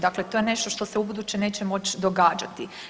Dakle, to je nešto što se ubuduće neće moći događati.